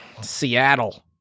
Seattle